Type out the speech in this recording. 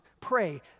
Pray